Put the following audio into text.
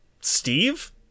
Steve